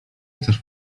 chcesz